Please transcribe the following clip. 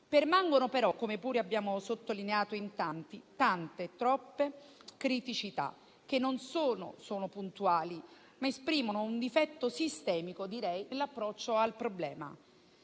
Permangono però, come pure abbiamo sottolineato in tanti, troppe criticità che non sono solo puntuali, ma esprimono un difetto sistemico, direi, nell'approccio al problema.